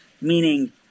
meaning